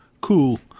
cool